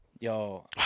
Yo